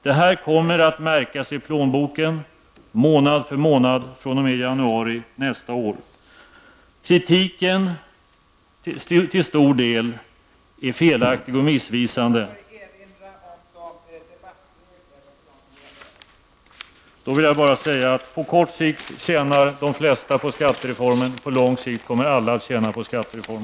Detta kommer att märkas i plånboken månad för månad fr.o.m. januari nästa år. Kritiken är till stor del felaktig och missvisande. På kort sikt tjänar de flesta på skattereformen. På lång sikt kommer alla att tjäna på den